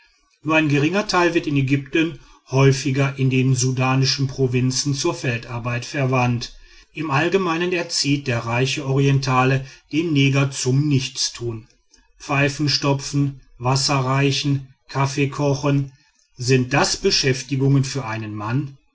nur ein geringer teil wird in ägypten häufiger in den sudanischen provinzen zur feldarbeit verwandt im allgemeinen erzieht der reiche orientale den neger zum nichtstun pfeifenstopfen wasserreichen kaffeekochen sind das beschäftigungen für einen mann